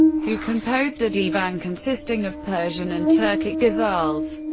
who composed a divan consisting of persian and turkic ghazals.